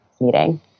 meeting